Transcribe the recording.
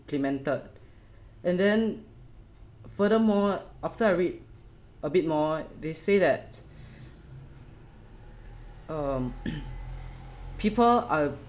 implemented and then furthermore after I read a bit more they say that um people are